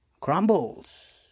crumbles